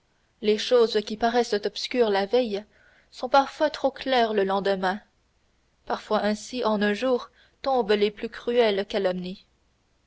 les choses qui paraissent obscures la veille sont parfois trop claires le lendemain parfois ainsi en un jour tombent les plus cruelles calomnies